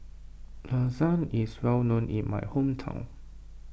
Lasagne is well known in my hometown